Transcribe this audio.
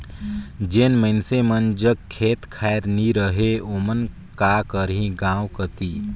जेन मइनसे मन जग खेत खाएर नी रहें ओमन का करहीं गाँव कती